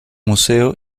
museo